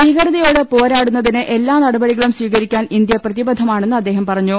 ഭീകരതയോട് പോരാടുന്നതിന് എല്ലാ നടപടികളും സ്വീകരിക്കാൻ ഇന്ത്യ പ്രതിബദ്ധമാണെന്ന് അദ്ദേഹം പറഞ്ഞു